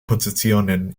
positionen